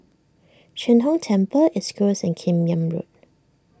Sheng Hong Temple East Coast and Kim Yam Road